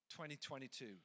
2022